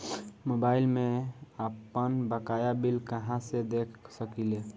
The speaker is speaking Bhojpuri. मोबाइल में आपनबकाया बिल कहाँसे देख सकिले?